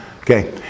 Okay